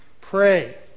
Pray